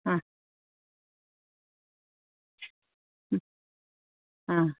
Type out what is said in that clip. ആ ആ